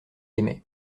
aimait